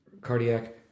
cardiac